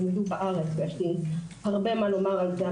ויש לי רבות לומר בנושא הזה,